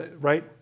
right